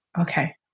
Okay